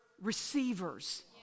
receivers